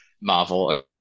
Marvel